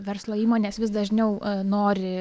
verslo įmonės vis dažniau nori